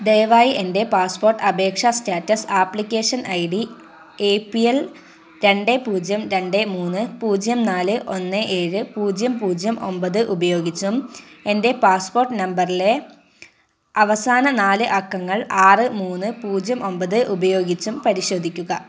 ദയവായി എൻ്റെ പാസ്പോർട്ട് അപേക്ഷാ status application I D A P L രണ്ട് പൂജ്യം രണ്ട് മൂന്ന് പൂജ്യം നാല് ഒന്ന് ഏഴ് പൂജ്യം പൂജ്യം ഒമ്പത് ഉപയോഗിച്ചും എൻ്റെ പാസ്പോർട്ട് നമ്പറിലെ അവസാന നാല് അക്കങ്ങൾ ആറ് മൂന്ന് പൂജ്യം ഒമ്പത് ഉപയോഗിച്ചും പരിശോധിക്കുക